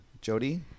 Jody